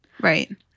Right